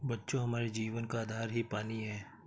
बच्चों हमारे जीवन का आधार ही पानी हैं